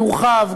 יורחב,